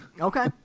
okay